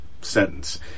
sentence